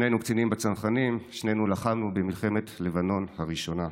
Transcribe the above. שנינו קצינים בצנחנים ושנינו לחמנו במלחמת לבנון הראשונה.